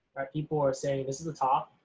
people are saying this is the top,